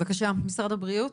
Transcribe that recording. בבקשה, משרד הבריאות.